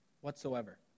Whatsoever